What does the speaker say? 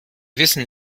wissen